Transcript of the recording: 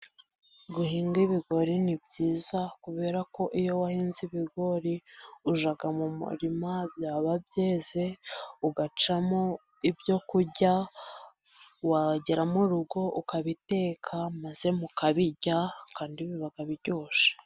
Guhinga ibigori ni byiza ,kubera ko iyo wahinze ibigori, ujya mu murima byaba byeze ,ugacamo ibyo kurya wagera mu rugo ukabiteka ,maze mukabirya kandi biba biryoshye.